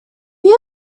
you